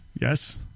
Yes